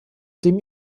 dem